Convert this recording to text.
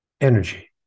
energy